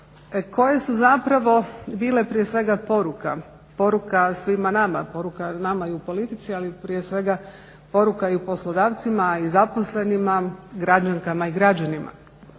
Koje su zapravo bile prije svega poruka, poruka svima nama, poruka nama i u politici ali prije svega poruka i poslodavcima i zaposlenima građankama i građanima